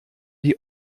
die